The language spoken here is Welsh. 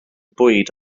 bwyd